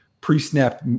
pre-snap